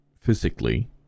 physically